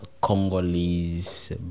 congolese